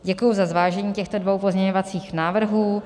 Děkuji za zvážení těchto dvou pozměňovacích návrhů.